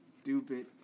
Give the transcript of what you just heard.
Stupid